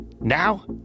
now